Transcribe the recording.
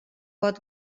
pot